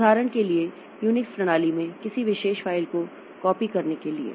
उदाहरण के लिए यूनिक्स प्रणाली में किसी विशेष फ़ाइल को कॉपी करने के लिए